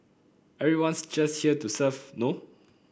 everyone's just here to serve no